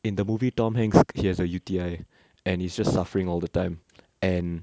in the movie tom hanks he has a U_T_I and he's just suffering all the time and